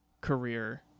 career